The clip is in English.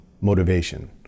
motivation